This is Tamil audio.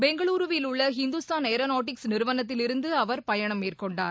பெங்களுருவில் உள்ள இந்துஸ்தான் ஏரோநாட்டிக்ஸ் நிறுவனத்தில் இருந்து அவர் பயணம் மேற்கொண்டார்